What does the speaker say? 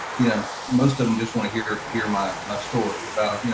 you know most of them just wanna hear hear my my story about, yeah